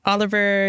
Oliver